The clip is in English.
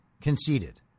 conceded